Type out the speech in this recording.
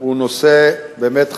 הוא נושא באמת חמור,